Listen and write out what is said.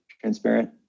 transparent